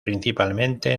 principalmente